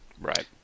Right